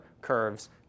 curves